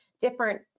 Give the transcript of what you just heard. different